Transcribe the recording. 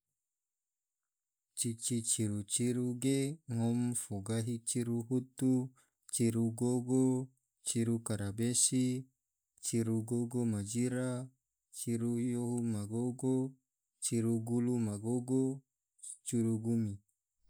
Cici ciru-ciru ge ngom fo gahi ciru hutu, ciru gogo, ciru karabesi, ciru gogo ma jira, ciru yohu ma gogo, ciru gulu ma gogo ciru gumi.